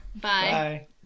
Bye